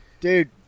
dude